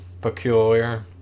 Peculiar